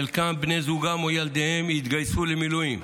חלקם, בני זוגם או ילדיהם התגייסו למילואים